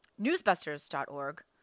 Newsbusters.org